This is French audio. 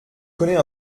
connais